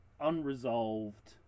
unresolved